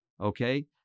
okay